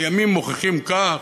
הימים מוכיחים כך.